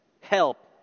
help